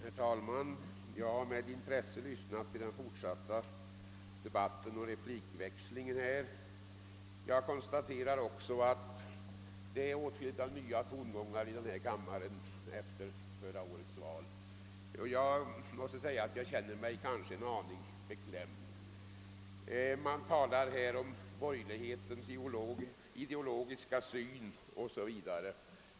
Herr talman! Jag har med intresse lyssnat till den fortsatta debatten och konstaterar att vi har fått höra åtskilliga nya tongångar i kammaren efter fjolårets val. Jag måste säga att jag känner mig en aning beklämd. Man talar här om =<:borgerlighetens ideologiska syn o.s.v.